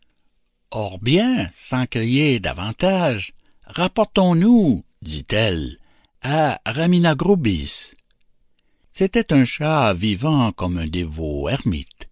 or bien sans crier davantage rapportons-nous dit-elle à raminagrobis c'était un chat vivant comme un dévot ermite